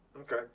okay